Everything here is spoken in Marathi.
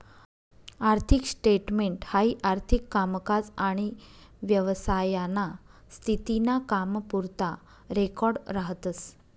आर्थिक स्टेटमेंट हाई आर्थिक कामकाज आनी व्यवसायाना स्थिती ना कामपुरता रेकॉर्ड राहतस